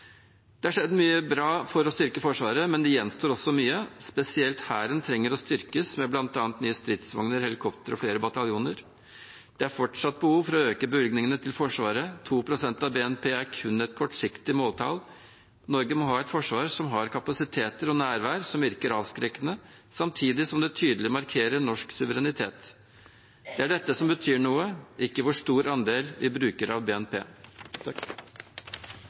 Det har skjedd mye bra for å styrke Forsvaret, men det gjenstår også mye. Spesielt Hæren trenger å styrkes med bl.a. nye stridsvogner, helikoptre og flere bataljoner. Det er fortsatt behov for å øke bevilgningene til Forsvaret. 2 pst. av BNP er kun et kortsiktig måltall. Norge må ha et forsvar som har kapasiteter og nærvær som virker avskrekkende, samtidig som det tydelig markerer norsk suverenitet. Det er dette som betyr noe, ikke hvor stor andel vi bruker av BNP.